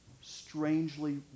strangely